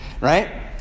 Right